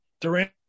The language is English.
Durant